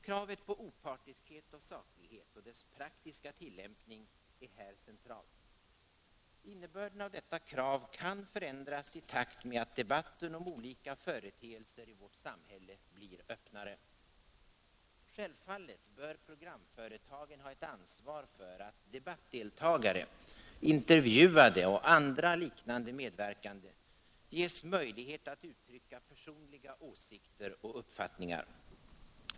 Kravet på opartiskhet och saklighet och dess praktiska tillämpning är här centralt. Innebörden av detta krav kan förändras i takt med att debatten om olika företeelser i vårt samhälle blir öppnare. Självfallet bör programföretagen ha ett ansvar för att debattdeltagare, intervjuade och andra liknande medverkande ges möjlighet att uttrycka personliga åsikter och uppfattningar.